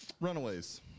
Runaways